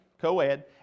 co-ed